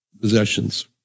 possessions